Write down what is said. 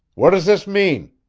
what does this mean?